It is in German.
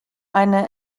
eine